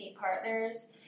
Partners